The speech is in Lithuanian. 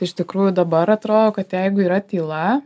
iš tikrųjų dabar atrodo kad jeigu yra tyla